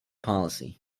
policy